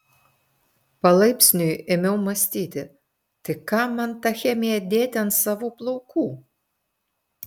palaipsniui ėmiau mąstyti tai kam man tą chemiją dėti ant savų plaukų